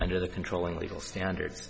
under the controlling legal standards